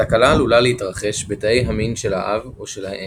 התקלה עלולה להתרחש בתאי המין של האב או של האם,